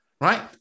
right